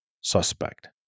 suspect